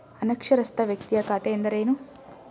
ಅನಕ್ಷರಸ್ಥ ವ್ಯಕ್ತಿಯ ಖಾತೆ ಎಂದರೇನು?